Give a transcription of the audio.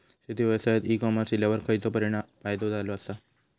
शेती व्यवसायात e commerce इल्यावर खयचो फायदो झालो आसा?